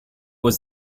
was